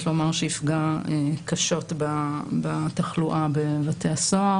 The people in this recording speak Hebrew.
לומר שיפגע קשות בתחלואה בבתי הסוהר.